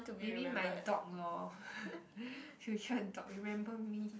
maybe my dog lor you sure dog remember me